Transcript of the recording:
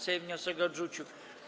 Sejm wniosek odrzucił.